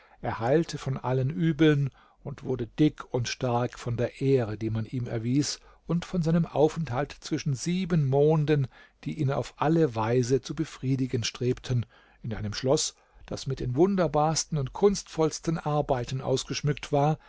heilte von allen übeln und wurde dick und stark von der ehre die man ihm erwies und von seinem aufenthalt zwischen sieben monden die ihn auf alle weise zu befriedigen strebten in einem schloß das mit den wunderbarsten und kunstvollsten arbeiten ausgeschmückt war